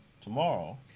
Tomorrow